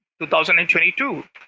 2022